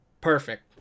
Perfect